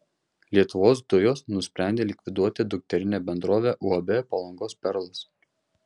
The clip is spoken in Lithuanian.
lietuvos dujos nusprendė likviduoti dukterinę bendrovę uab palangos perlas